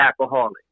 alcoholic